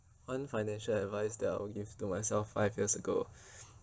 one financial advice that I will give to myself five years ago